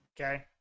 Okay